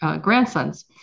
grandsons